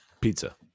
pizza